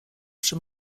przy